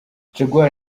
jaguar